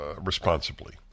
responsibly